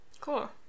cool